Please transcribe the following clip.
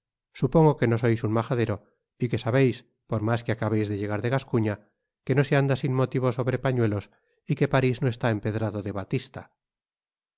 supongo que no sois un majadero y que sabeis por mas que acabeis de llegar de gascuña que no se anda sin motivo sobre pañuelos y que paris no está empedrado de batista